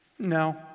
No